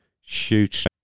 shoot